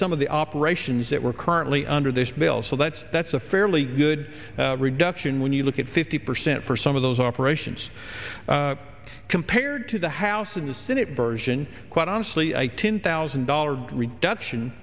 some of the operations that we're currently under this bill so that's that's a fairly good reduction when you look at fifty percent for some of those operations compared to the house and the senate version quite honestly ten thousand dollars reduction